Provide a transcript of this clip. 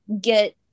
get